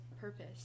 purpose